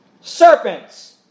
Serpents